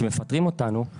כשמפטרים אותנו,